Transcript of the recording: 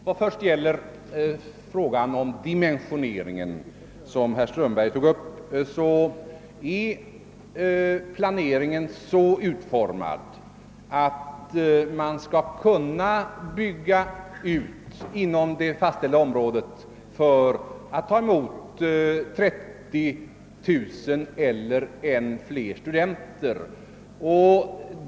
Vad först gäller den fråga om dimensioneringen, som herr Strömberg tog upp, kan jag säga att planeringen är så utformad, att man skall kunna bygga ut inom det fastställda området för att ta emot 30 000 eller än fler studenter.